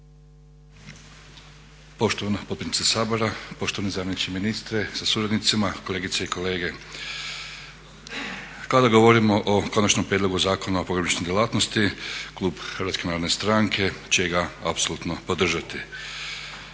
Poštovana potpredsjednice Sabora, poštovani zamjeniče ministra sa suradnicima, kolegice i kolege. Kada govorimo o Konačnom prijedlogu Zakona o pogrebničkoj djelatnosti klub Hrvatske narodne stranke će ga apsolutno podržati.